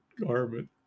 garment